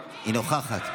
נוכחת.